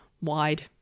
wide